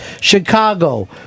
Chicago